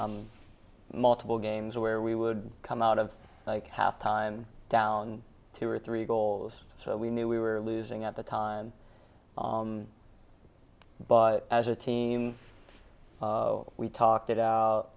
d multiple games where we would come out of halftime down two or three goals so we knew we were losing at the time but as a team we talked it out